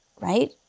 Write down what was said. right